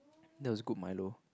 that was good Milo